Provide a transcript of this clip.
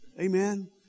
Amen